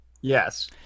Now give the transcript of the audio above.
Yes